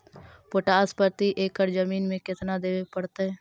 Potash प्रति एकड़ जमीन में केतना देबे पड़तै?